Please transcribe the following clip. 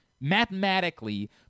Mathematically